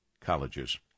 colleges